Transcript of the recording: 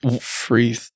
Free